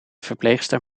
verpleegster